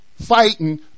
fighting